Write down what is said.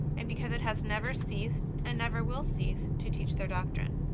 and because it has never ceased, and never will cease, to teach their doctrine.